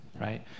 right